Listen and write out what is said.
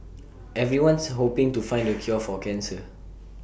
everyone's hoping to find the cure for cancer